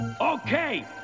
okay